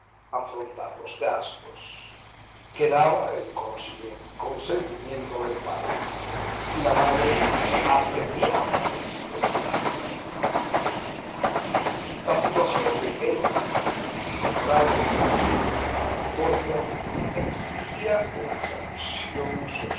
afrontar los gastos quedaba el consentimiento del padre y la madre apremiaba este detalle la situación de ella sobrado equívoca en concordia exigía una sanción